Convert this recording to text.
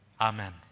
Amen